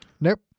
Nope